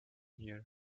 here